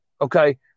Okay